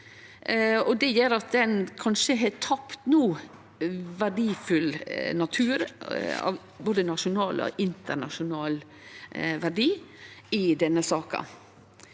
Det gjer at ein kanskje no har tapt verdifull natur, av både nasjonal og internasjonal verdi, i denne saka.